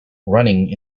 running